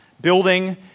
Building